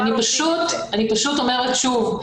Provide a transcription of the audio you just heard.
אני פשוט אומרת שוב.